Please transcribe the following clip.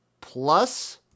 plus